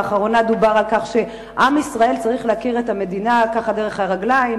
באחרונה דובר על כך שעם ישראל צריך להכיר את המדינה ככה דרך הרגליים,